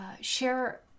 share